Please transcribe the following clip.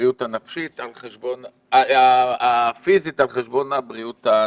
הבריאות הפיזית על חשבון הבריאות הנפשית.